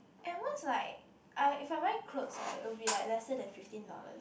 and what's like I if I wear clothes right it'll be like lesser than fifteen dollars